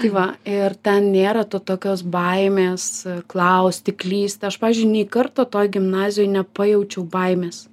tai va ir ten nėra tų tokios baimės klausti klyst aš pavyzdžiui nei karto toj gimnazijoj nepajaučiau baimės